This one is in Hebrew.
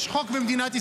יש חוק במדינת ישראל,